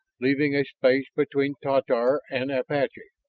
leaving a space between tatar and apache.